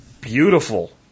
Beautiful